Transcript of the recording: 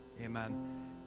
Amen